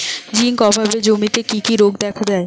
Zinc অভাবে জমিতে কি কি রোগ দেখাদেয়?